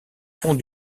font